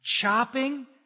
chopping